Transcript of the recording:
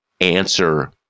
answer